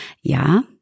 Ja